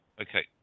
Okay